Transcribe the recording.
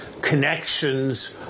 connections